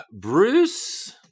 Bruce